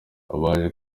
abaje